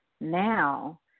now